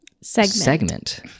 segment